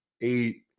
eight